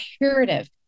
imperative